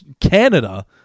Canada